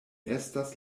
estas